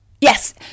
Yes